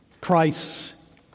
Christ's